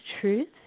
truth